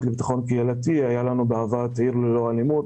לביטחון קהילתי ובעבר היה לנו את עיר ללא אלימות